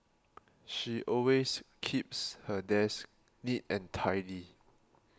she always keeps her desk neat and tidy